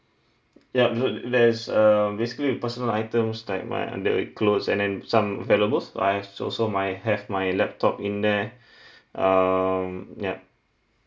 yup so there's err basically personal items like my under clothes and then some valuable I have also my have my laptop in there um yup